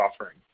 offering